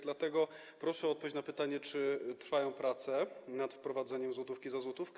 Dlatego proszę o odpowiedź na pytanie: Czy trwają prace nad wprowadzeniem złotówki za złotówkę?